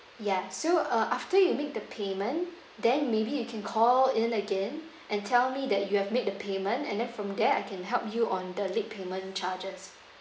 yes so uh after you make the payment then maybe you can call in again and tell me that you have made the payment and then from there I can help you on the late payment charges